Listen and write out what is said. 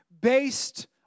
based